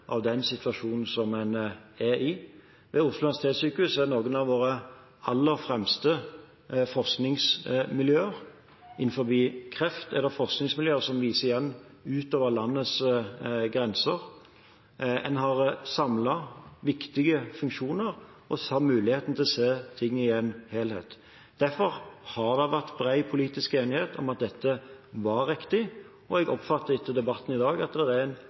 av den situasjonen som en er i. Ved Oslo universitetssykehus har vi noen av våre aller fremste forskningsmiljøer. Innen kreftforskningen har OUS forskningsmiljøer som vises langt utover landets grenser. En har samlet viktige funksjoner og har mulighet til å se ting som en helhet. Derfor har det vært bred politisk enighet om at dette var riktig, og jeg oppfatter etter debatten i dag at det fortsatt er